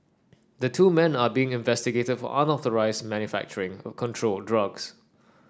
the two men are being investigated for unauthorised manufacturing of controlled drugs